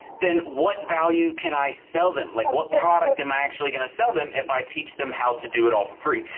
then what value can i sell them? like what product am i actually going to sell them if i teach them how to do it all for free?